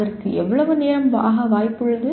அதற்கு எவ்வளவு நேரம் ஆக வாய்ப்புள்ளது